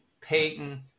Peyton